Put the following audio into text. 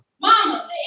Mama